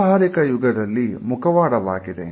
ವ್ಯಾವಹಾರಿಕ ಯುಗದಲ್ಲಿ ಮುಖವಾಡವಾಗಿದೆ